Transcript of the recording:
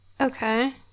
Okay